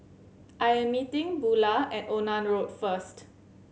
I am meeting Bula at Onan Road first